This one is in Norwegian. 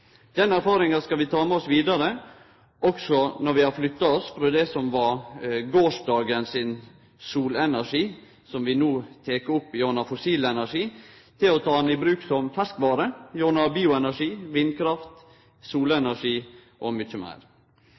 Den erfaringa skal vi ta med oss vidare også når vi har flytta oss frå det som var gårsdagens solenergi, som vi no tek opp gjennom fossil energi, til å ta han i bruk som ferskvare gjennom bioenergi, vindkraft, solenergi og mykje meir.